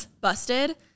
busted